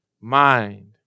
mind